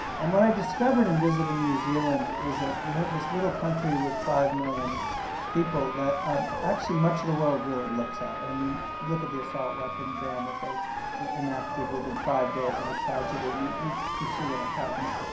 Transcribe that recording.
and what i discovered in visiting new zealand is that you have this little country with five million people that ah actually much of the world really looks at. and we look at the assault weapon ban that they enacted within five days of a tragedy, and you you see what i'm talking about.